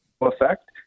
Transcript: effect